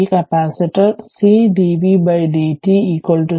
ഈ capacitor c dv dt 0